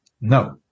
no